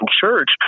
Church